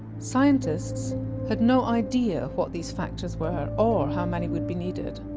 scientists had no idea what these factors were or how many would be needed.